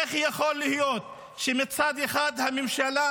איך יכול להיות שמצד אחד הממשלה,